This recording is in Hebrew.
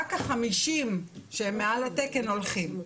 רק ה-50 שמעל התקן הולכים.